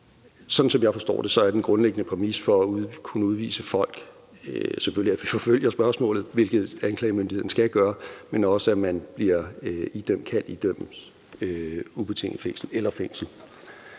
Som jeg forstår det, er den grundlæggende præmis for at kunne udvise folk, at vi selvfølgelig forfølger spørgsmålet, hvilket anklagemyndigheden skal gøre, men også at man kan idømmes ubetinget fængsel eller fængsel.